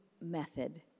method